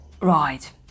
Right